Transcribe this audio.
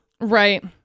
Right